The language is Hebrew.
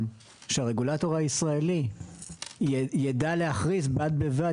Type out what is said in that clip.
שהרגולטור הישראלי יידע להכריז בד בבד